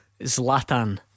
Zlatan